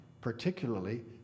particularly